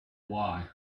why